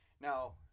Now